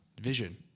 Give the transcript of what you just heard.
vision